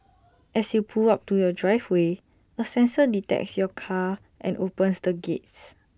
as you pull up to your driveway A sensor detects your car and opens the gates